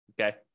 okay